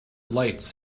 lights